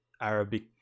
Arabic